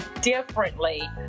differently